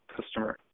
customer